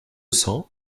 cent